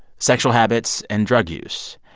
sexual habits and drug use.